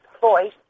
voice